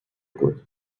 good